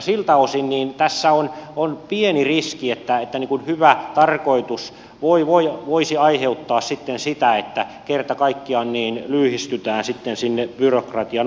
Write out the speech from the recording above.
siltä osin tässä on pieni riski että hyvä tarkoitus voisi aiheuttaa sitten sitä että kerta kaikkiaan lyyhistytään sitten sinne byrokratian alle